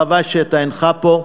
חבל שאתה אינך פה,